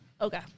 Okay